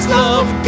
love